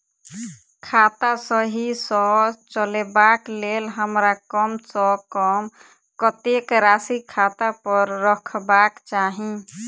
खाता सही सँ चलेबाक लेल हमरा कम सँ कम कतेक राशि खाता पर रखबाक चाहि?